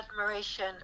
admiration